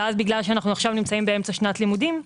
בגלל שאנו באמצע שנת לימודים,